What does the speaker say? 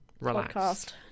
podcast